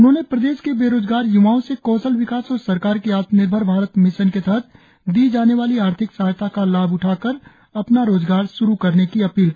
उन्होंने प्रदेश के बेरोजगार य्वाओं से कौशल विकास और सरकार की आत्मनिर्भर भारत मिशन के तहत दी जाने वाली आर्थिक सहायता का लाभ उठाकर अपना रोजगार श्रु करने की अपील की है